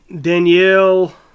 Danielle